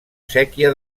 séquia